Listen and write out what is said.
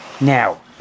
Now